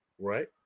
right